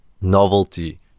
novelty